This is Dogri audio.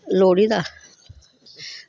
लोह्ड़ी दा